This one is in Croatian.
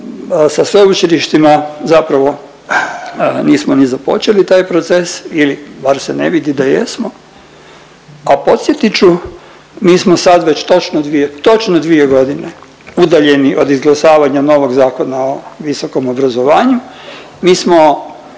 sa sveučilištima zapravo nismo ni započeli taj proces ili bar se ne vidi da jesmo. A podsjetit ću mi smo sad već točno dvije, točno 2 godine udaljeniji od izglasavanja novog Zakona o viskom obrazovanju. Mi smo,